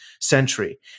century